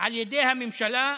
על ידי הממשלה.